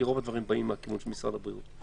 כי רוב הדברים באים מהכיוון של משרד הבריאות.